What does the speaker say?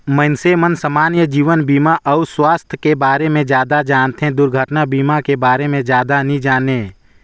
मइनसे मन समान्य जीवन बीमा अउ सुवास्थ के बारे मे जादा जानथें, दुरघटना बीमा के बारे मे जादा नी जानें